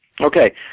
Okay